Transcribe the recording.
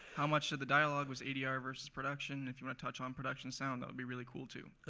how much of the dialogue was adr versus production. if you want to touch on production sound, that would be really cool, too.